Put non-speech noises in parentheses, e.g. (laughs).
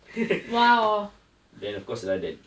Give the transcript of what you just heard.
(laughs) then of course lah that